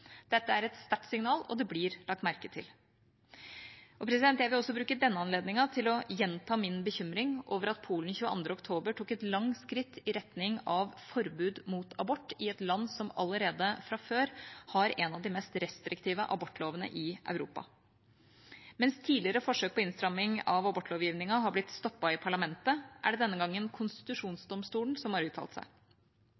Dette er et sterkt signal, og det blir lagt merke til. Jeg vil også bruke denne anledningen til å gjenta min bekymring over at Polen den 22. oktober tok et langt skritt i retning av et forbud mot abort – i et land som allerede fra før har en av de mest restriktive abortlovene i Europa. Mens tidligere forsøk på innstramming av abortlovgivningen har blitt stoppet i parlamentet, er det denne gangen